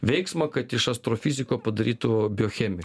veiksmą kad iš astrofiziko padarytų biochemiką